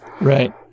right